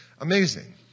amazing